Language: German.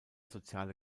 soziale